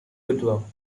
goodwill